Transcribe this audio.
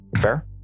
Fair